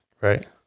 Right